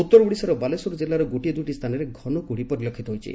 ଉତ୍ତର ଓଡ଼ିଶାର ବାଲେଶ୍ୱର ଜିଲ୍ଲାର ଗୋଟିଏ ଦୁଇଟି ସ୍ଥାନରେ ଘନ କୁହୁଡି ପରିଲକ୍ଷିତ ହୋଇଛି